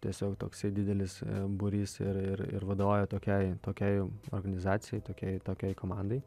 tiesiog toksai didelis būrys ir ir vadovauja tokiai tokiai organizacijai tokiai tokiai komandai